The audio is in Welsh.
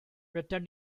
rydyn